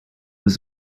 was